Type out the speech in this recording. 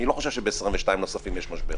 אני לא חושב שב-22 נוספים יש משבר.